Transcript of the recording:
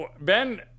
Ben